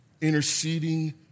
interceding